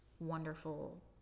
wonderful